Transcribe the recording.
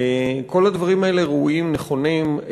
כל הדברים האלה ראויים, נכונים.